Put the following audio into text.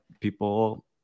people